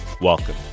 Welcome